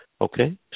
Okay